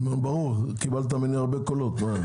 ברור, קיבלת ממני הרבה קולות.